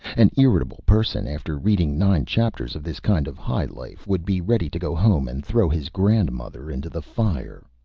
an irritable person, after reading nine chapters of this kind of high life, would be ready to go home and throw his grandmother into the fire.